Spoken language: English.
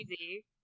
easy